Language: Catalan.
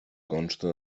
consta